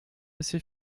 assez